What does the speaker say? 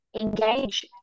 engage